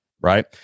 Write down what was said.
right